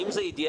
האם זה אידיאלי?